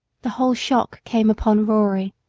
the whole shock came upon rory.